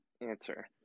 answer